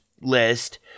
list